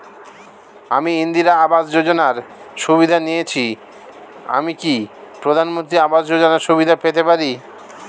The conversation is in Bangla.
আমি ইন্দিরা আবাস যোজনার সুবিধা নেয়েছি আমি কি প্রধানমন্ত্রী আবাস যোজনা সুবিধা পেতে পারি?